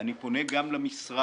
אני פונה גם למשרד,